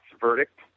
Verdict